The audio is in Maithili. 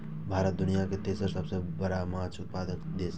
भारत दुनिया के तेसर सबसे बड़ा माछ उत्पादक देश छला